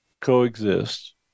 Coexist